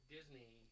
Disney